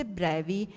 brevi